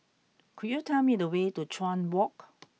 could you tell me the way to Chuan Walk